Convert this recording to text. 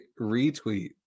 retweet